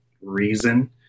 reason